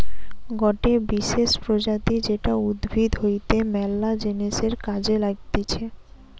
গটে বিশেষ প্রজাতি যেটা উদ্ভিদ হইতে ম্যালা জিনিসের কাজে লাগতিছে